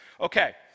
Okay